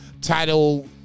title